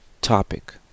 topic